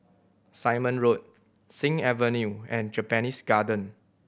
Simon Road Sing Avenue and Japanese Garden